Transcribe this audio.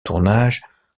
tournage